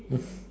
mm